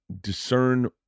discern